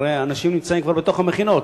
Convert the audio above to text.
הרי אנשים נמצאים כבר בתוך המכינות.